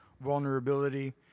vulnerability